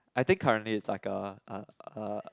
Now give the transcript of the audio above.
I think currently it's like a a uh